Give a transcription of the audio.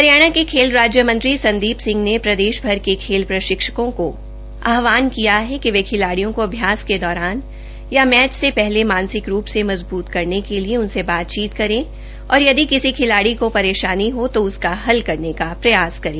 हरियाणा के खेल मंत्री संदी ने प्रदेशभर के खेल प्रशिक्षकों को आहवान किया है कि वे खिलाडियों को अभ्यास के दौरान या मैच से हले मानसिक रू से मजबूत करने के लिए उनसे बातचीत करे और यदि किसी खिलाड़ी को रेशानी हो तो उसका हल करने का प्रयास करें